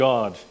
God